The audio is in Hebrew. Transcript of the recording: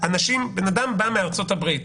בן אדם בא מארצות הברית,